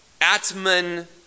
Atman